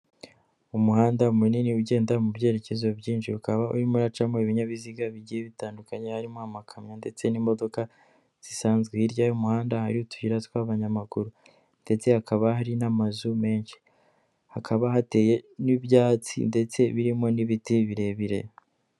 Umuhanda munini ugenda mu byerekezo byinshi, ukaba urimo uracamo ibinyabiziga bigiye bitandukanye, harimo: amakamyo, ndetse n'imodoka zisanzwe, hirya y'umuhanda hari utuyira tw'abanyamaguru, ndetse hakaba hari n'amazu menshi hakaba hateye n'ibyatsi ndetse birimo n'ibiti birebire.